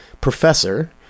professor